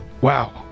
Wow